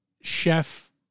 chef